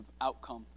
outcome